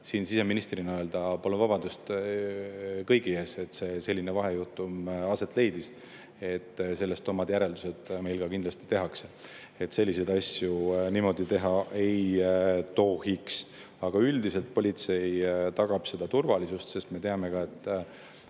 siin siseministrina öelda: "Palun vabandust kõigi ees, et selline vahejuhtum aset leidis." Sellest omad järeldused meil kindlasti tehakse. Selliseid asju niimoodi teha ei tohiks. Aga üldiselt politsei tagab [neil üritustel] turvalisust, sest me teame ka, et